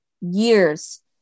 years